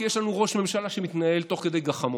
כי יש לנו ראש ממשלה שמתנהל תוך כדי גחמות.